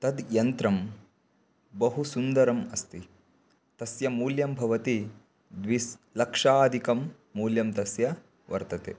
तद् यन्त्रं बहु सुन्दरम् अस्ति तस्य मूल्यं भवति द्विलक्षाधिकं मूल्यं तस्य वर्तते